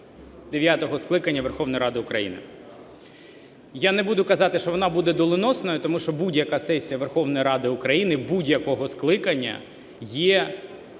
скликання Верховної Ради України. Я не буду казати, що вона буде доленосною, тому що будь-яка сесія Верховної Ради України будь-якого скликання є